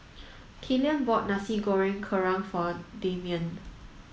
Killian bought Nasi Goreng Kerang for Dameon